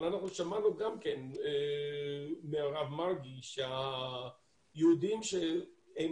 אבל אנחנו שמענו גם מהרב מרגי שהיהודים שהם